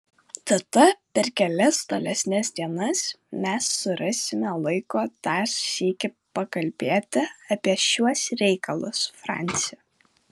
tada per kelias tolesnes dienas mes surasime laiko dar sykį pakalbėti apie šiuos reikalus franci